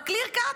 זה clear cut.